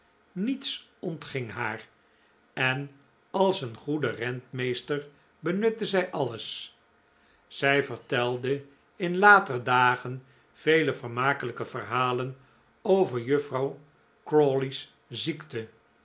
niets ontging haar en als een goede rentmeester benutte zij alles zij vertelde in later dagen vele vermakelijke verhalen over juffrouw crawley's ziekte